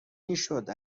میشد